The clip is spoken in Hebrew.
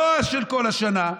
לא של כל השנה,